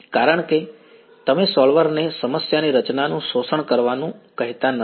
કારણ કે તમે સોલ્વરને સમસ્યાની રચનાનું શોષણ કરવાનું કહેતા નથી